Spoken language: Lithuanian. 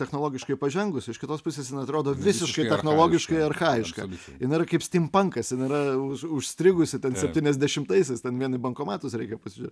technologiškai pažengus iš kitos pusės atrodo visiškai technologiškai archajiška jin yra kaip stympankas jin yra užstrigusi septyniasdešimtaisiais ten vien į bankomatus reikia pasižiūrėt